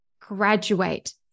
graduate